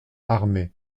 armée